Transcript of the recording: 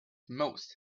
most